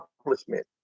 accomplishment